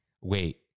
Wait